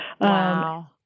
Wow